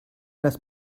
das